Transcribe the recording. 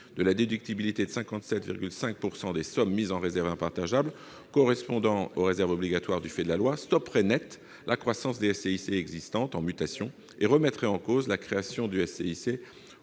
de la déductibilité de 57,5 % des sommes mises en réserves impartageables, correspondant aux réserves obligatoires du fait de la loi, stopperait net la croissance des SCIC existantes en mutation et remettrait en cause la création de SCIC